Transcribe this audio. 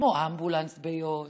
כמו אמבולנס ביו"ש,